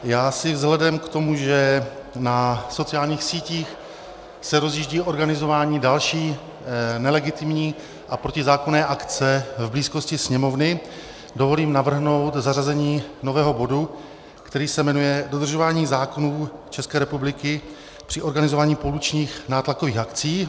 Já si vzhledem k tomu, že na sociálních sítích se rozjíždí organizování další nelegitimní a protizákonné akce v blízkosti Sněmovny, dovolím navrhnout zařazení nového bodu, který se jmenuje Dodržování zákonů ČR při organizování pouličních nátlakových akcí.